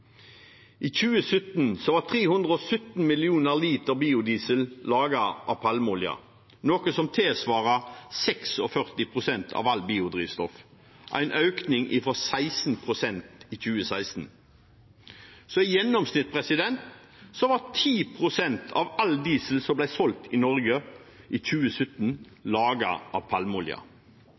noe som tilsvarer 46 pst. av alt biodrivstoff, en økning fra 16 pst. i 2016. I gjennomsnitt var 10 pst. av all diesel som ble solgt i Norge i 2017, laget av palmeolje.